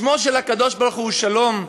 שמו של הקדוש-ברוך-הוא הוא שלום,